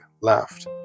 laughed